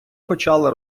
почала